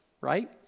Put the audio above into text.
right